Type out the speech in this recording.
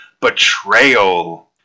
Betrayal